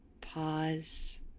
pause